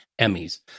Emmys